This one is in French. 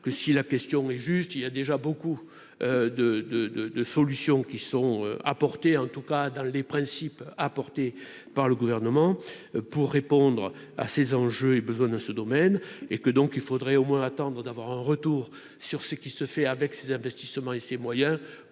que si la question est juste, il y a déjà beaucoup de, de, de, de solutions qui sont apportées, en tout cas dans les principes, par le gouvernement pour répondre à ces enjeux et besoins dans ce domaine et que donc il faudrait au moins attendre d'avoir un retour sur ce qui se fait avec ses investissements et ses moyens